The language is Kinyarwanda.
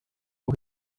aho